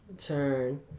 turn